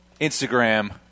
Instagram